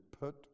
Put